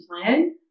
plan